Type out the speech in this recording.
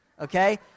okay